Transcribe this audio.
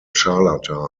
charlatan